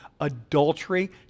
Adultery